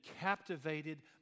captivated